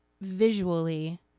visually